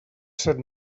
set